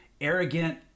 arrogant